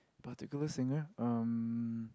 particularly singer um